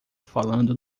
falando